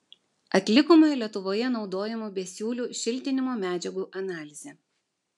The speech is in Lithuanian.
atlikome lietuvoje naudojamų besiūlių šiltinimo medžiagų analizę